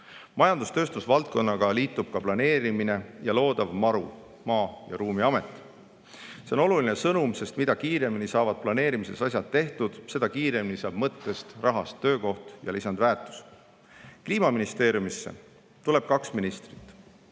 Majandus‑ ja tööstusvaldkonnaga liitub ka planeerimine ja loodav MaRu ehk Maa‑ ja Ruumiamet. See on oluline sõnum, sest mida kiiremini saavad planeerimises asjad tehtud, seda kiiremini saab mõttest, rahast töökoht ja lisandväärtus. Kliimaministeeriumisse tuleb kaks ministrit.